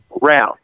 round